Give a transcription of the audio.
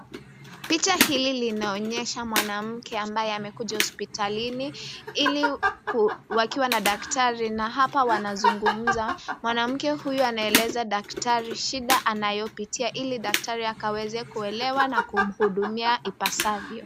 Picha hili linaonyesha mwanake ambaye amekuja hospitalini, wakiwa na daktari na hapa wanazungumza mwanamke huyu, anaeleza daktari shida anayopitia ili daktari awezekuelewa na kuhudumia ipasavyo.